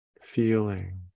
feeling